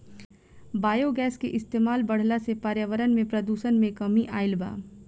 biogas के इस्तमाल बढ़ला से पर्यावरण में प्रदुषण में कमी आइल बा